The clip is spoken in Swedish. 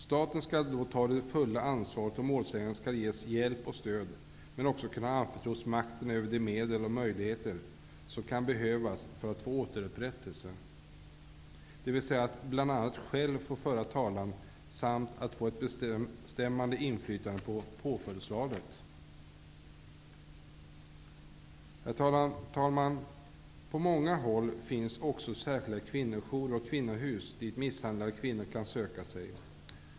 Staten skall då ta det fulla ansvaret, och målsäganden skall ges hjälp och stöd, men också kunna anförtros makten över de medel och möjligheter som kan behövas för att få återupprättelse, dvs. att bl.a. själv få föra talan samt att få ett bestämmande inflytande över påföljdsvalet. Herr talman! På många håll finns också särskilda kvinnojourer och kvinnohus dit misshandlade kvinnor kan söka sig.